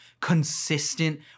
consistent